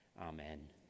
Amen